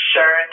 Sure